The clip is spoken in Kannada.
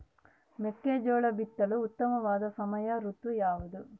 ಮೆಕ್ಕೆಜೋಳ ಬಿತ್ತಲು ಉತ್ತಮವಾದ ಸಮಯ ಋತು ಯಾವುದು?